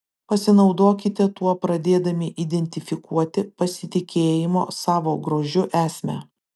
pasinaudokite tuo pradėdami identifikuoti pasitikėjimo savo grožiu esmę